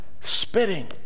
spitting